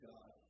God